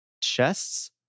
chests